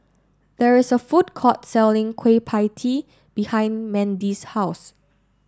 there is a food court selling Kueh Pie Tee behind Mandie's house